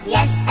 Yes